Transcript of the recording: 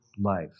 life